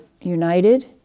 united